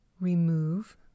Remove